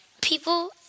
People